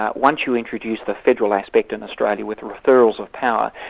ah once you introduce the federal aspect in australia with referrals of power,